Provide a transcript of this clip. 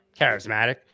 Charismatic